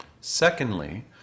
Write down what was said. Secondly